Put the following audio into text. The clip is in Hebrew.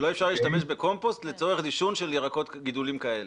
אי אפשר להשתמש בקומפוסט לצורך דישון של גידולים כאלה.